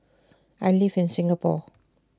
I live in Singapore